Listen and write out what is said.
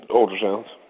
ultrasounds